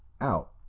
out